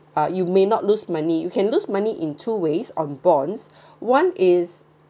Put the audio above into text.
uh you may not lose money you can lose money in two ways on bonds one is